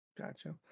Gotcha